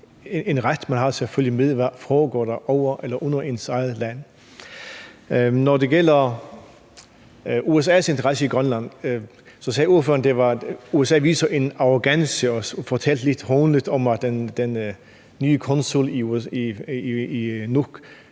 en ret, man har til at følge med i, hvad der foregår over eller under ens eget land. Når det gælder USA's interesse i Grønland, sagde ordføreren, at USA udviser en arrogance, og fortalte lidt hånligt om, at den nye konsul i Nuuk